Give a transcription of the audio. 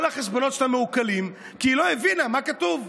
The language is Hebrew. כל החשבונות שלה מעוקלים כי היא לא הבינה מה כתוב.